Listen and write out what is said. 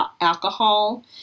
alcohol